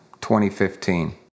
2015